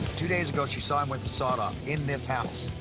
two days ago, she saw him with the sawed-off in this house.